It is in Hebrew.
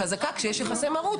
כשיש יחסי מרות,